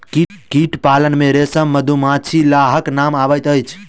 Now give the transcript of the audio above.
कीट पालन मे रेशम, मधुमाछी, लाहक नाम अबैत अछि